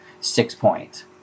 six-point